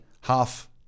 half